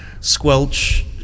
squelch